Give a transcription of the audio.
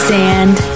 sand